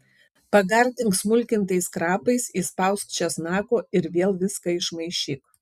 pagardink smulkintais krapais įspausk česnako ir vėl viską išmaišyk